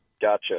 gotcha